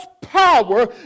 power